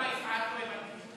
למה יפעת מדברת?